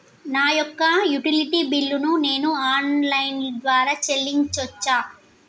నా యొక్క utility bill ను నేను ఆన్ లైన్ ద్వారా చెల్లించొచ్చా?